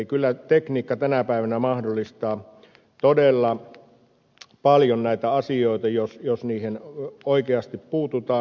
eli kyllä tekniikka tänä päivänä mahdollistaa todella paljon näitä asioita jos niihin oikeasti puututaan